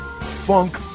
funk